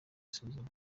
isuzuma